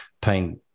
paying